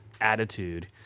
attitude